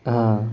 हां